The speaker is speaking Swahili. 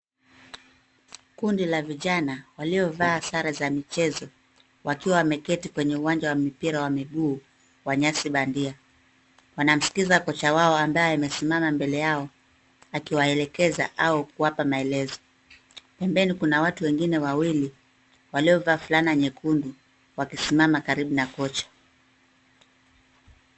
Kundi la vijana waliovaa sare za michezo wakiwa wameketi kwenye uwanja wa mipira wa miguu wa nyasi bandia. Wanamsikiza kocha wao ambaye amesimama mbele yao akiwaelekeza au kuwapa maelezo. Pembeni kuna watu wengine wawili waliovaa fulana nyekundu wakisimama karibu na kocha.